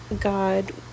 God